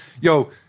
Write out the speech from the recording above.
Yo